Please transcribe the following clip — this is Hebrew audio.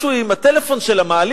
משהו עם הטלפון של המעלית.